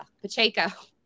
pacheco